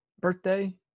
birthday